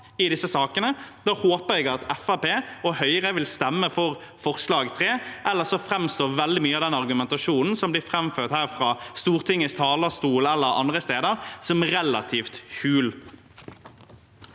i disse sakene. Da håper jeg at Fremskrittspartiet og Høyre vil stemme for forslag nr. 3, ellers framstår veldig mye av den argumentasjonen som blir framført her fra Stortingets talerstol eller andre steder, som relativt hul.